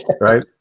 Right